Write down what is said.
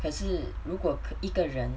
可是如果一个人